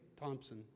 Thompson